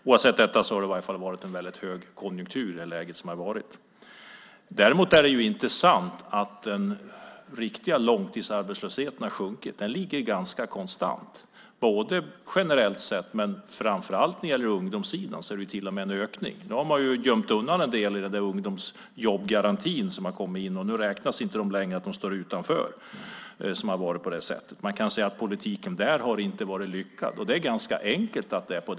Oavsett detta har det i varje fall varit en kraftig högkonjunktur. Däremot är det inte sant att den riktiga långtidsarbetslösheten sjunkit. Den är ganska konstant. Det gäller både generellt och framför allt på ungdomssidan där det till och med finns en ökning. Nu har man gömt undan en del av ungdomarna i ungdomsjobbgarantin, och de räknas inte längre som stående utanför. Man kan säga att den politiken inte varit lyckad. Det är ganska enkelt att förstå.